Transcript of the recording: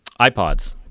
iPods